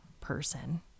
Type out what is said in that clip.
person